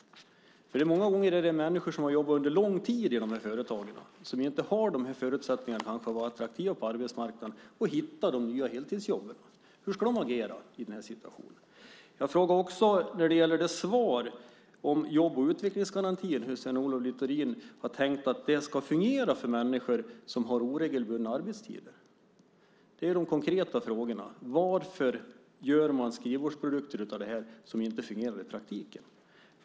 Många gånger är det människor som har jobbat under lång tid i de här företagen som inte har förutsättningarna att vara attraktiva på arbetsmarknaden och hitta de nya heltidsjobben. Hur ska de agera i den här situationen? Jag frågar också när det gäller svaret om jobb och utvecklingsgarantin. Hur har Sven-Otto Littorin tänkt att det ska fungera för människor som har oregelbundna arbetstider? Det är de konkreta frågorna. Varför gör man av det här skrivbordsprodukter som inte fungerar i praktiken?